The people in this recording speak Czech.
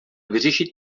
vyřešit